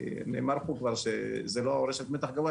נאמר פה כבר שזו לא רשת מתח גבוה,